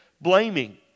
blaming